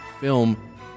film